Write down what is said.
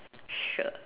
sure